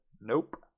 nope